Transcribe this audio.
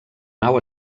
nau